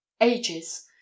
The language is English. Ages